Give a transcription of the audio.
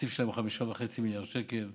התקציב שם הוא 5.5 מיליארד שקל.